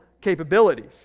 capabilities